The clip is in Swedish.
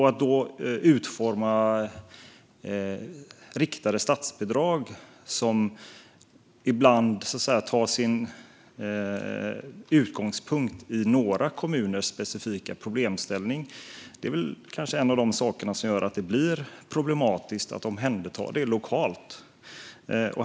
Att då utforma riktade statsbidrag som ibland tar sin utgångspunkt i några kommuners specifika problemställning är kanske en av de saker som gör att det blir problematiskt att omhänderta det lokalt.